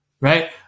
right